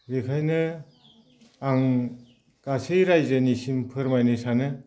बेखायनो आं गासै रायजोनिसिम फोरमायनो सानो